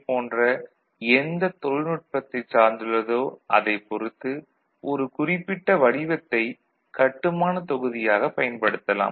போன்ற எந்த தொழில்நுட்பத்தைச் சார்ந்துள்ளதோ அதைப் பொறுத்து ஒரு குறிப்பிட்ட வடிவத்தைக் கட்டுமானத் தொகுதியாகப் பயன்படுத்தலாம்